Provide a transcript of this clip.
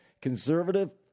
conservative